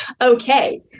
Okay